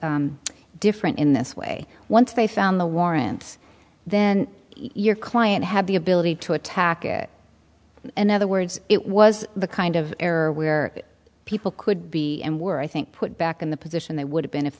different in this way once they found the warrant then your client had the ability to attack it and other words it was the kind of error where people could be and were i think put back in the position they would have been if